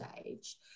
stage